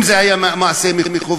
אם זה היה מעשה מכוון,